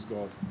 God